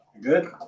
Good